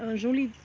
jolie